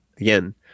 again